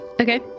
okay